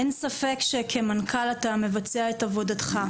אין ספק שכמנכ"ל אתה מבצע את עבודתך.